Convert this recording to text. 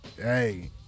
Hey